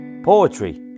Poetry